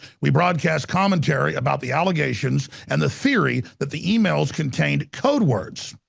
we broadcast commentary about the allegations and the theory that the emails contained code words.